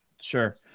sure